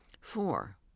Four